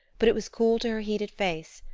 but it was cool to her heated face,